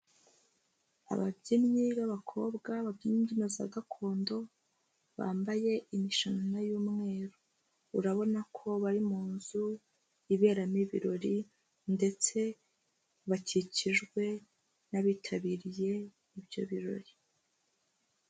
Ababyinnyi b'abakobwa babyina imbyino za gakondo, bambaye imishanana y'umweru, urabona ko bari mu nzu iberamo ibirori ndetse bakikijwe n'abitabiriye ibyo birori.